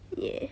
ya